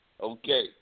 Okay